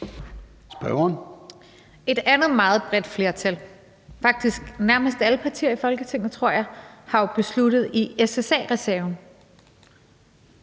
Et andet meget bredt flertal – faktisk nærmest alle partier i Folketinget tror jeg – har jo besluttet, at der i SSA-reserven